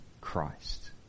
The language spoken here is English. Christ